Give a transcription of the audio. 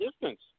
distance